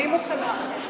אני מוכנה.